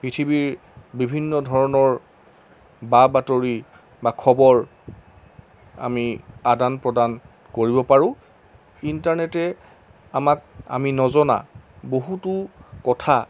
পৃথিৱীৰ বিভিন্ন ধৰণৰ বা বাতৰি বা খবৰ আমি আদান প্ৰদান কৰিব পাৰোঁ ইণ্টাৰনেটে আমাক আমি নজনা বহুতো কথা